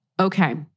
okay